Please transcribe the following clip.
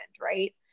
Right